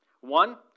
One